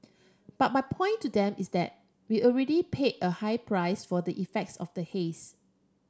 but my point to them is that we already pay a high price for the effects of the haze